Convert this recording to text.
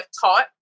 taught